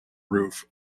roof